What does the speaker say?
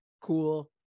cool